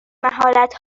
مهارت